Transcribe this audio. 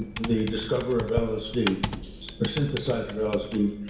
the discoverer of lsd or synthesizer of lsd,